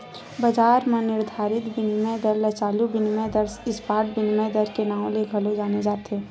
बजार म निरधारित बिनिमय दर ल चालू बिनिमय दर, स्पॉट बिनिमय दर के नांव ले घलो जाने जाथे